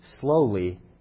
slowly